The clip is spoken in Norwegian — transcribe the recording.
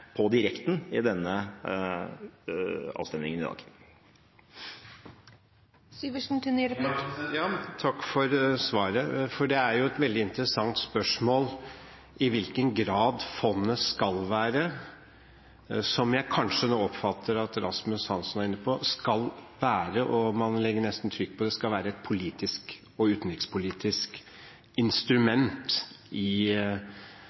på direkten i dagens avstemning. Takk for svaret. Det er jo et veldig interessant spørsmål i hvilken grad fondet, som jeg kanskje nå oppfatter at Rasmus Hansson er inne på, skal være et – og man legger nesten trykk på det – politisk og utenrikspolitisk instrument i